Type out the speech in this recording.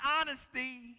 honesty